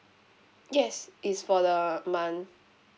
yes it's for the month